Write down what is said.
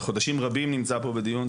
זה חודשים רבים נמצא פה בדיון.